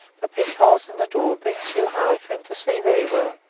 the peep-holes in the door being too high for him to see very well.